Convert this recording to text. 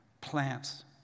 plants